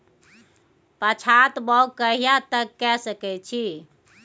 पछात बौग कहिया तक के सकै छी?